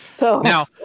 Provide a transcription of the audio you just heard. Now